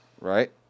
Right